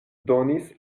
donis